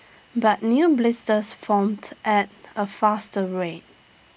but new blisters formed at A faster rate